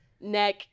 neck